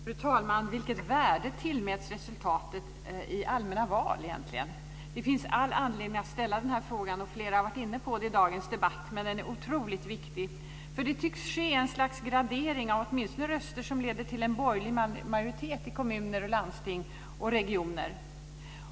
Fru talman! Vilket värde tillmäts resultatet i allmänna val egentligen? Det finns all anledning att ställa denna fråga, och flera har varit inne på den i dagens debatt. Men den är otroligt viktig. Det tycks nämligen ske ett slags gradering av åtminstone röster som leder till en borgerlig majoritet i kommuner, landsting och regioner.